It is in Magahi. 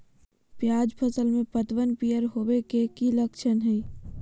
प्याज फसल में पतबन पियर होवे के की लक्षण हय?